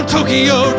Tokyo